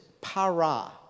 para